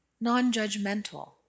non-judgmental